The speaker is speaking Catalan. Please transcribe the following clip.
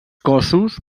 cossos